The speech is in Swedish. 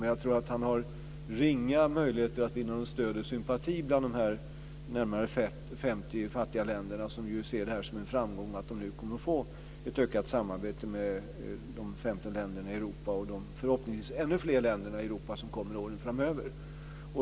Men jag tror att han har ringa möjligheter att vinna något stöd eller sympati bland de närmare 50 fattiga länder som ser det som en framgång att de nu kommer att få ett ökat samarbete med de 15 länderna i Europa och de förhoppningsvis ännu fler länder i Europa som kommer under åren framöver.